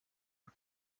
aka